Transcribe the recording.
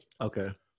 Okay